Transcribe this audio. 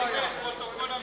הממשלה.